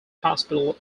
hospital